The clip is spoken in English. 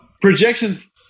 Projections